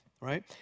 right